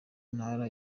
ntara